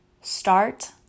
Start